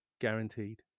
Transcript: guaranteed